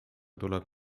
tuleb